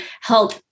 help